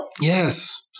Yes